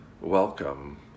welcome